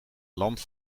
land